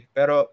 Pero